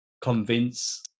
convince